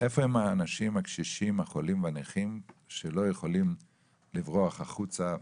איפה הם האנשים הקשישים החולים והנכים שלא יכולים לברוח החוצה?